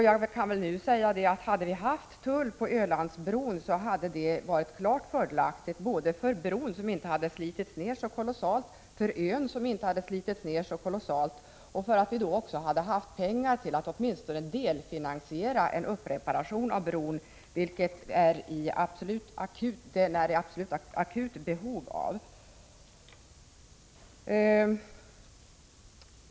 Jag kan nu säga följande: Det hade varit klart fördelaktigt om vi haft tull på Ölandsbron, både för bron och för ön, som då säkert inte slitits ned så kolossalt som nu är fallet, och därför att vi då skulle ha haft pengar för att åtminstone delfinansiera en upprustning av bron, vilket den är i akut behov av.